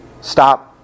stop